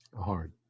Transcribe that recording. Hard